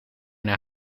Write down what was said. naar